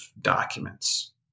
documents